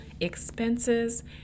expenses